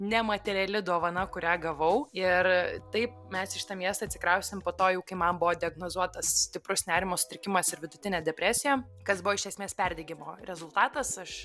nemateriali dovana kurią gavau ir taip mes į šitą miestą atsikraustėm po to jau kai man buvo diagnozuotas stiprus nerimo sutrikimas ir vidutinė depresija kas buvo iš esmės perdegimo rezultatas aš